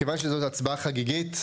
כיוון שזאת הצבעה חגיגית,